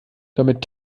damit